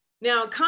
Now